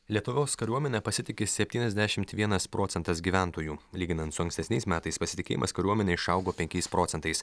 lietuvos kariuomene pasitiki septyniasdešimt vienas procentas gyventojų lyginant su ankstesniais metais pasitikėjimas kariuomene išaugo penkiais procentais